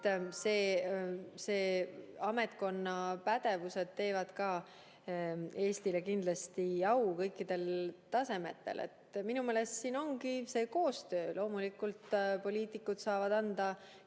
Ametnikkonna pädevus teeb Eestile kindlasti au kõikidel tasemetel. Minu meelest siin ongi see koostöö. Loomulikult poliitikud saavad anda